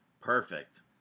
perfect